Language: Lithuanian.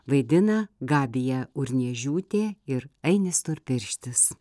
vaidina gabija urniežiūtė ir ainis storpirštis